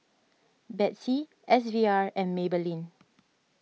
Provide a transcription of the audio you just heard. Betsy S V R and Maybelline